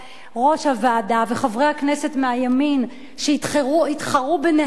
ראש הוועדה וחברי הכנסת מהימין התחרו ביניהם מי